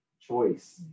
choice